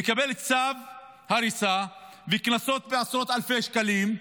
הוא מקבל צו הריסה וקנסות של עשרות אלפי שקלים,